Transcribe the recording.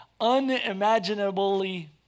unimaginably